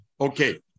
Okay